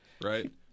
right